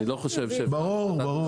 אני לא חושב --- ברור, ברור.